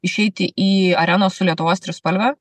išeiti į areną su lietuvos trispalve